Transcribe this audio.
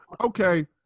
okay